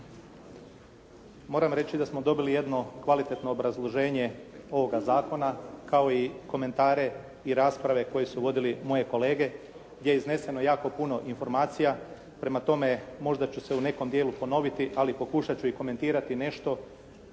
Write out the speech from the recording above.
Moram reći da smo dobili jedno kvalitetno obrazloženje ovoga zakona kao i komentare i rasprave koje su vodili moje kolege gdje je izneseno jako puno informacija, prema tome, možda ću se u nekom dijelu ponoviti, ali pokušati ću i komentirati nešto